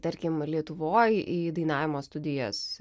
tarkim lietuvoj į dainavimo studijas